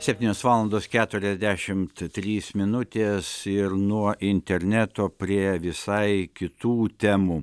septynios valandos keturiasdešimt trys minutės ir nuo interneto prie visai kitų temų